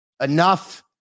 enough